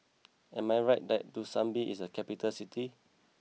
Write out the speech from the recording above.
am I right that Dushanbe is a capital city